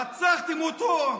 רצחתם אותו.